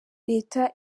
leta